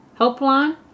Helpline